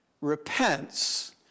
repents